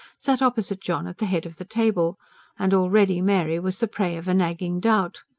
sat opposite john at the head of the table and already mary was the prey of a nagging doubt.